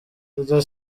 iryo